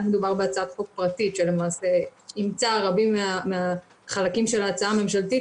היה מדובר בהצעת חוק פרטית שאימצה רבים מחלקי ההצעה הממשלתית